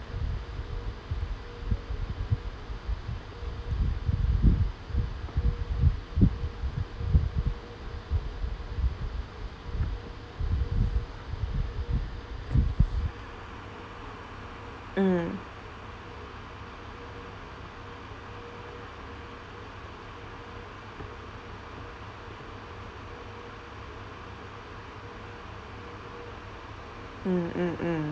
mm mm mm mm